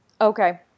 Okay